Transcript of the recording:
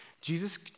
Jesus